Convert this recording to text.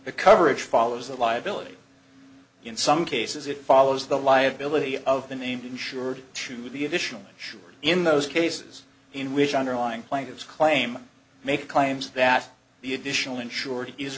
the coverage follows the liability in some cases it follows the liability of the named insured to the additional insured in those cases in which underlying plaintiff's claim make claims that the additional insur